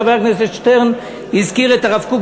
חבר הכנסת שטרן הזכיר את הרב קוק,